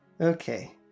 Okay